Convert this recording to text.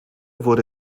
wurde